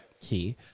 key